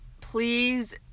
please